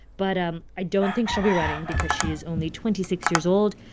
but um i don't think she'll be running because she is only twenty six years old,